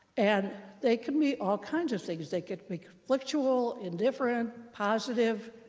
and they could be all kinds of things. they could be conflictual, indifferent, positive,